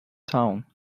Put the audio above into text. town